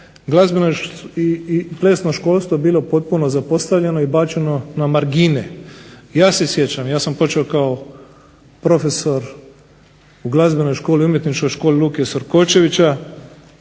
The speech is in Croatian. glazbena i plesno školstvo bilo posve zapostavljeno i bačeno na margine. Ja se sjećam, ja sam počeo kao profesor u glazbenoj školi, umjetničkoj školi Luke Sorkočevića,